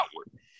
outward